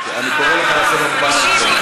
אני קורא אותך לסדר פעם ראשונה.